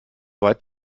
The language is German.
weit